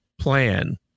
plan